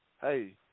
hey